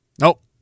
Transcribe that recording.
Nope